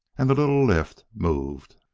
and the little lift moved.